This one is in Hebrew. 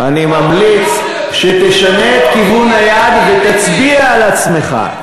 אני ממליץ שתשנה את כיוון היד ותצביע על עצמך.